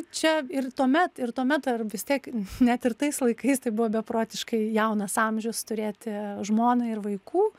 čia ir tuomet ir tuomet ar vis tiek net ir tais laikais tai buvo beprotiškai jaunas amžius turėti žmoną ir vaikų